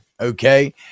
okay